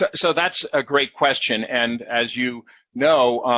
so that's a great question, and, as you know,